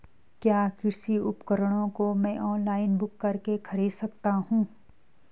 क्या कृषि उपकरणों को मैं ऑनलाइन बुक करके खरीद सकता हूँ?